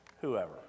whoever